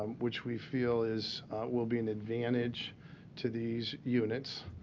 which we feel is will be an advantage to these units.